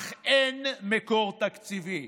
אך אין מקור תקציבי.